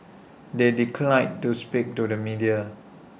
they declined to speak to the media